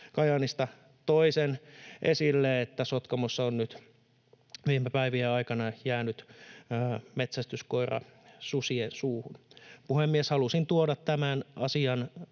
Kajaanista toi sen esille, että Sotkamossa on nyt viime päivien aikana jäänyt metsästyskoira susien suuhun. Puhemies! Halusin tuoda tämän asian